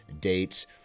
dates